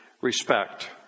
respect